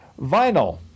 Vinyl